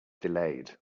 delayed